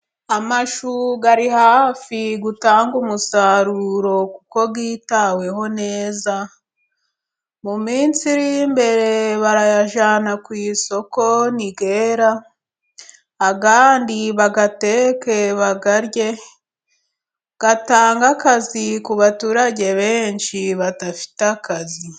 Amashu ari hafi gutanga umusaruro kuko yitaweho neza, mu minsi iri imbere barayajyana ku isoko ni yera, ayandi bayateke bayarye, atange akazi ku baturage benshi badafite akazi.